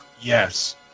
Yes